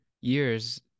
years